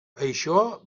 això